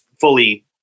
fully